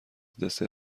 دسر